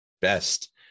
best